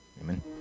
Amen